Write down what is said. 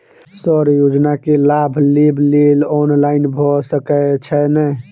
Sir योजना केँ लाभ लेबऽ लेल ऑनलाइन भऽ सकै छै नै?